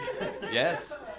Yes